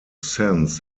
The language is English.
sense